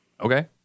Okay